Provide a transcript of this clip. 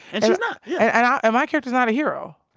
and she's not yeah and um ah my character's not a hero.